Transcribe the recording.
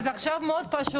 אז עכשיו זה מאוד פשוט.